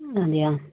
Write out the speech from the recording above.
അതേയോ